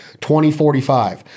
2045